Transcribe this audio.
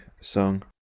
song